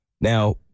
Now